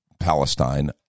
palestine